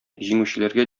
җиңүчеләргә